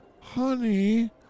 Honey